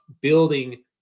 building